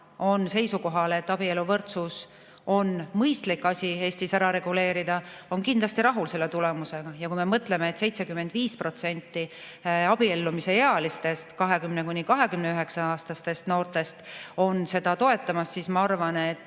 on seisukohal, et abieluvõrdsus on mõistlik asi Eestis ära reguleerida, on kindlasti rahul selle tulemusega. Ja kui me mõtleme, et 75% abiellumise eas, 20–29-aastastest noortest seda toetab, siis ma arvan, et